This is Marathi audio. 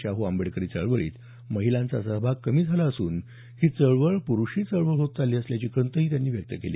शाहू फुले आंबेडकरी चळवळीत महिलांचा सहभाग कमी झाला असून ही चळवळ प्रुषी चळवळ होत चालली असल्याची खंतही त्यांनी व्यक्त केली